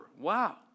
Wow